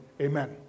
Amen